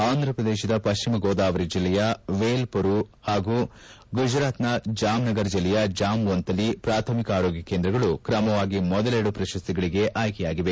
ಆಂಧ್ರಪ್ರದೇಶದ ಪಶ್ಚಿಮ ಗೋದಾವರಿ ಜಿಲ್ಲೆಯ ವೇಲ್ಪುರು ಹಾಗೂ ಗುಜರಾತ್ನ ಜಾಮ್ನಗರ್ ಜಿಲ್ಲೆಯ ಜಾಮ್ವಂತಲಿ ಪ್ರಾಥಮಿಕ ಆರೋಗ್ಯ ಕೇಂದ್ರಗಳು ಕ್ರಮವಾಗಿ ಮೊದಲೆರಡು ಪ್ರಶಸ್ತಿಗಳಿಗೆ ಆಯ್ಕೆಯಾಗಿವೆ